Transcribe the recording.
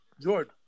George